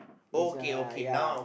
is uh ya